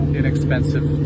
inexpensive